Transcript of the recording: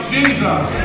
Jesus